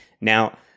Now